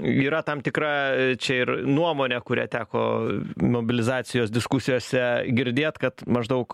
yra tam tikra čia ir nuomonė kurią teko mobilizacijos diskusijose girdėt kad maždaug